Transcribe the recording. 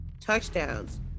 touchdowns